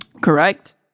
correct